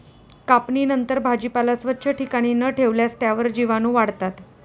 कापणीनंतर भाजीपाला स्वच्छ ठिकाणी न ठेवल्यास त्यावर जीवाणूवाढतात